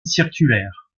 circulaires